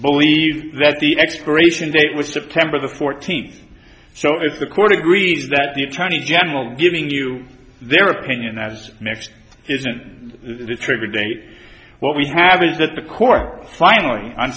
believes that the expiration date was september the fourteenth so if the court agrees that the attorney general giving you their opinion as mixed didn't the trigger date what we have is that the court finally on